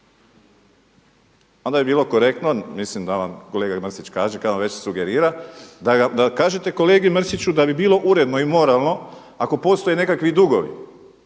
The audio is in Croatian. onda bi bilo korektno mislim da vam kolega Mrsić kaže kad vam već sugerira da kažete kolegi Mrsiću da bi bilo uredno i moralno ako postoje nekakvi dugovi,